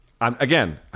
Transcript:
again